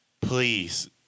please